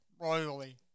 royally